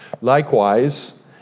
Likewise